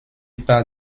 par